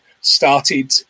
started